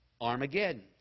Armageddon